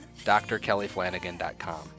drkellyflanagan.com